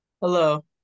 Hello